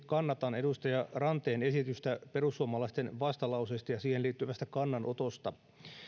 kannatan edustaja ranteen esitystä perussuomalaisten vastalauseesta ja siihen liittyvästä kannanotosta